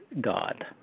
God